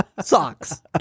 Socks